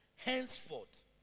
Henceforth